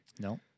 No